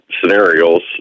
scenarios